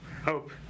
Hope